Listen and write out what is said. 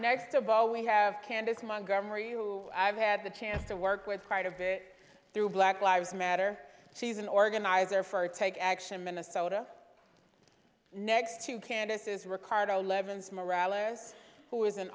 next of all we have candace montgomery who i've had the chance to work with quite a bit through black lives matter she's an organizer for take action minnesota next to candace is ricardo leavens morale is who is an